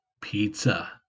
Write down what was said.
pizza